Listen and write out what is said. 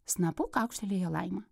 snapu kaukštelėjo laima